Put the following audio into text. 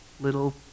little